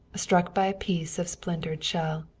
struck by a piece of splintered shell.